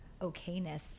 okayness